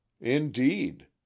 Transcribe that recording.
indeed